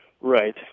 Right